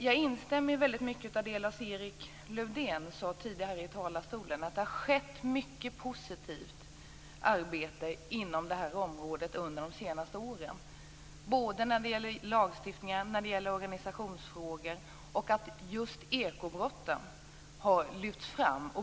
Jag instämmer i mycket av det som Lars-Erik Lövdén sade tidigare, att det har skett mycket positivt arbete inom det här området under de senaste åren, när det gäller både lagstiftningen och organisationsfrågor. Just ekobrotten har lyfts fram.